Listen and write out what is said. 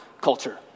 culture